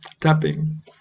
tapping